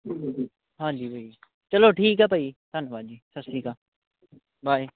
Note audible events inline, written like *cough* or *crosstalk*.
*unintelligible* ਹਾਂਜੀ ਭਾਅ ਜੀ ਚਲੋ ਠੀਕ ਆ ਭਾਈ ਧੰਨਵਾਦ ਜੀ ਸਤਿ ਸ਼੍ਰੀ ਅਕਾਲ ਬਾਏ